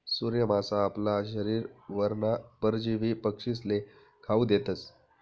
सूर्य मासा आपला शरीरवरना परजीवी पक्षीस्ले खावू देतस